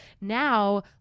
Now